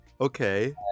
Okay